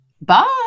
Bye